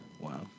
Wow